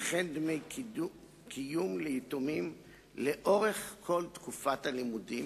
וכן דמי קיום ליתומים לאורך כל תקופת הלימודים,